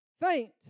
faint